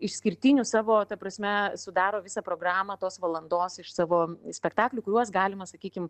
išskirtinių savo ta prasme sudaro visą programą tos valandos iš savo spektaklių kuriuos galima sakykim